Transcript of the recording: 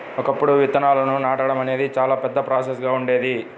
ఒకప్పుడు విత్తనాలను నాటడం అనేది చాలా పెద్ద ప్రాసెస్ గా ఉండేది